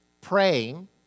praying